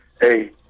hey